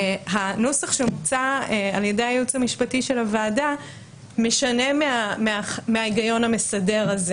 הנוסח שמוצע על ידי הייעוץ המשפטי של הוועדה משנה מההיגיון המסדר הזה